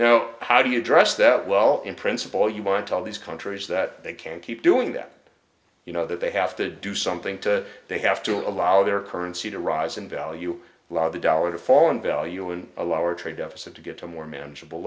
now how do you address that well in principle you want all these countries that they can't keep doing that you know that they have to do something to they have to allow their currency to rise in value law the dollar to fall in value and allow our trade deficit to get to a more manageable